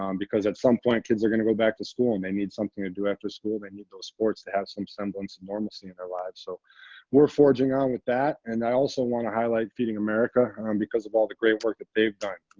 um because, at some point, kids are going to go back to school, and they need something to do after school. they need those sports to have some semblance of normalcy in their lives. so we're forging on with that. and i also want to highlight feeding america because of all the great work that they've done.